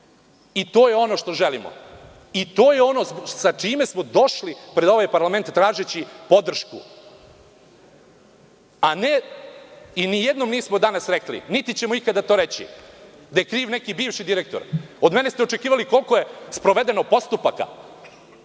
i to je ono što želimo. To je ono sa čime smo došli pred ovaj parlament, tražeći podršku. Nijednom nismo danas rekli, niti ćemo ikada to reći, da je kriv neki bivši direktor. Od mene ste očekivali koliko je sprovedeno postupaka.